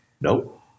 nope